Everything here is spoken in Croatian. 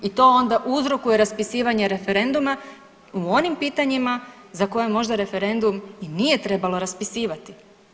I to onda uzrokuje raspisivanje referenduma u onim pitanjima za koje možda referendum i nije trebalo raspisivati.